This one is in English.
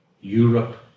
Europe